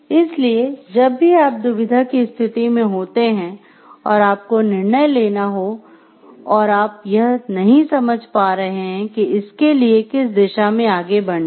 इसलिए जब भी आप दुविधा की स्थिति में होते हैं और आपको निर्णय लेना हो और आप यह नहीं समझ पा रहे हैं कि इसके लिए किस दिशा में आगे बढ़ना है